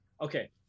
okay